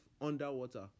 underwater